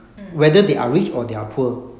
mm